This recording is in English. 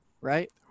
right